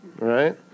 right